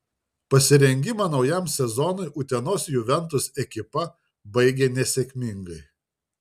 pasirengimą naujam sezonui utenos juventus ekipa baigė nesėkmingai